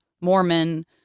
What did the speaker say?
Mormon